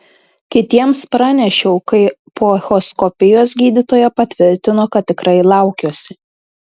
kitiems pranešiau kai po echoskopijos gydytoja patvirtino kad tikrai laukiuosi